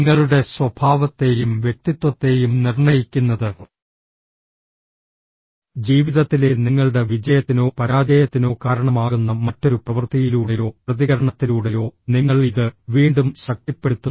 നിങ്ങളുടെ സ്വഭാവത്തെയും വ്യക്തിത്വത്തെയും നിർണ്ണയിക്കുന്നത് ജീവിതത്തിലെ നിങ്ങളുടെ വിജയത്തിനോ പരാജയത്തിനോ കാരണമാകുന്ന മറ്റൊരു പ്രവൃത്തിയിലൂടെയോ പ്രതികരണത്തിലൂടെയോ നിങ്ങൾ ഇത് വീണ്ടും ശക്തിപ്പെടുത്തുന്നു